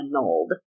annulled